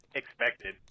expected